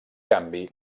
canvi